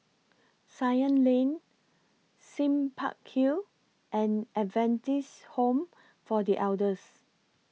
Ceylon Lane Sime Park Hill and Adventist Home For The Elders